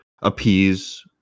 appease